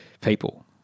people